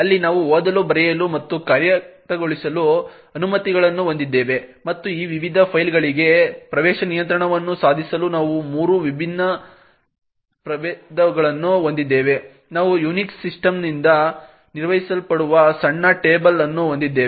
ಅಲ್ಲಿ ನಾವು ಓದಲು ಬರೆಯಲು ಮತ್ತು ಕಾರ್ಯಗತಗೊಳಿಸಲು ಅನುಮತಿಗಳನ್ನು ಹೊಂದಿದ್ದೇವೆ ಮತ್ತು ಈ ವಿವಿಧ ಫೈಲ್ಗಳಿಗೆ ಪ್ರವೇಶ ನಿಯಂತ್ರಣವನ್ನು ಸಾಧಿಸಲು ನಾವು ಮೂರು ವಿಭಿನ್ನ ಪ್ರಭೇದಗಳನ್ನು ಹೊಂದಿದ್ದೇವೆ ನಾವು ಯುನಿಕ್ಸ್ ಸಿಸ್ಟಮ್ನಿಂದ ನಿರ್ವಹಿಸಲ್ಪಡುವ ಸಣ್ಣ ಟೇಬಲ್ ಅನ್ನು ಹೊಂದಿದ್ದೇವೆ